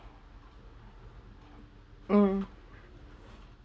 mm